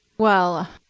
well,